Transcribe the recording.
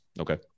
Okay